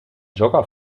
jogger